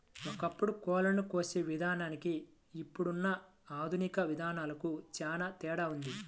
ఒకప్పుడు కోళ్ళను కోసే విధానానికి ఇప్పుడున్న ఆధునిక విధానాలకు చానా తేడా ఉంది